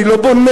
אני לא בונה.